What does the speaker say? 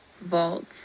vaults